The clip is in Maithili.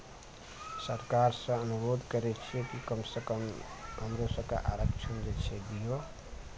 सरकारसँ अनुरोध करै छियै कि कमसँ कम हमरो सबके आरक्षण जे छै दियौ